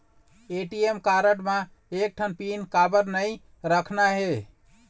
ATM card म एक ठन पिन काबर नई रखना हे?